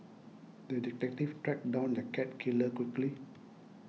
the detective tracked down the cat killer quickly